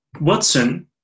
Watson